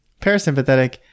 parasympathetic